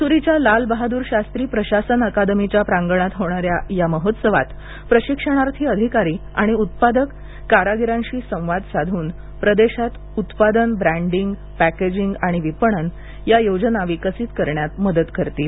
मसुरीच्या लाल बहादूर शास्त्री प्रशासन अकादमीच्या प्रांगणात होणार्या या महोत्सवात प्रशिक्षणार्थी अधिकारी या उत्पादक आणि कारागीरांशी संवाद साधून वेगवेगळ्या प्रदेशात उत्पादन ब्रँडिंग पॅकेजिंग आणि विपणन योजना विकसित करण्यात मदत करतील